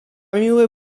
miły